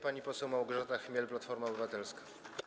Pani poseł Małgorzata Chmiel, Platforma Obywatelska.